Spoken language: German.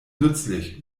nützlich